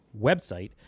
website